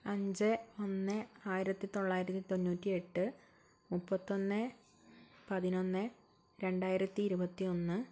അഞ്ച് ഒന്ന് ആയിരത്തിത്തൊള്ളായിരത്തി തൊണ്ണൂറ്റി എട്ട് മുപ്പത്തൊന്ന് പതിനൊന്ന് രണ്ടായിരത്തി ഇരുപത്തി ഒന്ന്